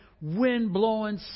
wind-blowing